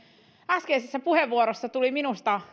äskeisessä puheenvuorossa tuli minusta